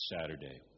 Saturday